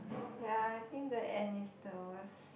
ya I think the end is the worst